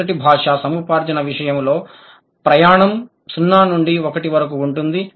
మొదటి భాష సముపార్జన విషయంలో ప్రయాణం 0 నుండి 1 వరకు ఉంటుంది